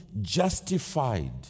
justified